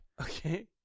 Okay